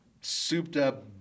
souped-up